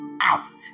out